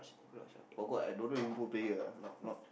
cannot sure forgot ah I don't know Liverpool player ah not not